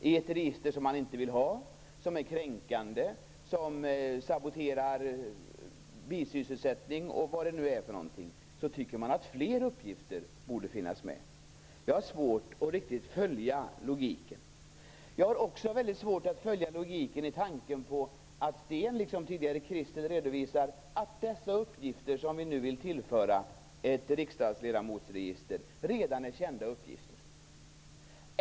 I ett register som man inte vill ha, som är kränkande, som saboterar bisysselsättning och allt vad det är tycker man att fler uppgifter borde finnas med. Jag har svårt att riktigt följa logiken i detta. Jag har också väldigt svårt att följa logiken i att Sten Andersson liksom tidigare Christel Anderberg redovisar att de uppgifter som vi nu vill tillföra ett riksdagsledamotsregister redan är kända.